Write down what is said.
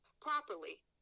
properly